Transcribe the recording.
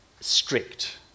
strict